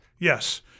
Yes